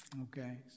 Okay